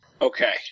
Okay